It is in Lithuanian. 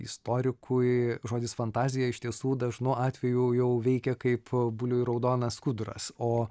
istorikui žodis fantazija iš tiesų dažnu atveju jau veikia kaip buliui raudonas skuduras o